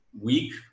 week